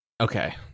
okay